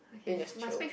then you just chill